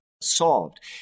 solved